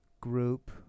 group